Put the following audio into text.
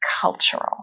cultural